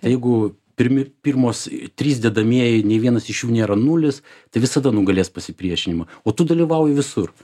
jeigu pirmi pirmos trys dedamieji nei vienas iš jų nėra nulis tai visada nugalės pasipriešinimą o tu dalyvauji visur